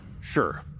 Sure